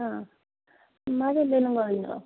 ആ മഴ എന്തെങ്കിലും കൊണ്ടോ